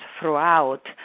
throughout